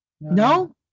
No